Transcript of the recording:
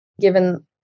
given